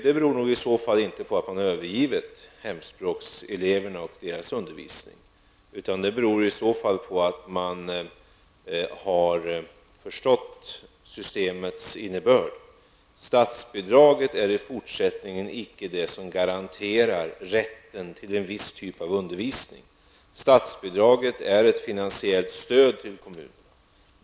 Det beror nog inte i så fall på att man övergett hemspråkseleverna och deras undervisning, utan det beror på att man har förstått systemets innebörd. Statsbidraget är i fortsättningen icke det som garanterar rätten till en viss typ av undervisning. Statsbidraget är ett finansiellt stöd till kommunerna.